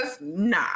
nah